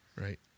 right